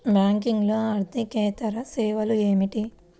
బ్యాంకింగ్లో అర్దికేతర సేవలు ఏమిటీ?